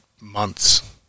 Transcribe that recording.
months